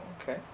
okay